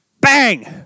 bang